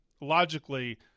logically